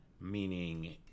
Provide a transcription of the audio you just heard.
meaning